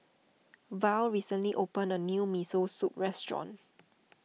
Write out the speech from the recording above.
Val recently opened a new Miso Soup restaurant